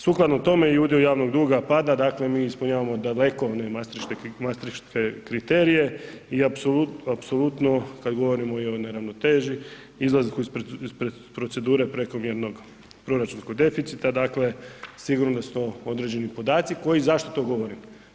Sukladno tome i udio javnog duga pada, dakle mi ispunjavamo daleko one mastriške kriterije i apsolutno kada govorimo i o neravnoteži izlasku iz procedure prekomjernog proračunskog deficita, dakle, sigurno da su to određeni podaci koji, zašto to govorim?